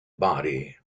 body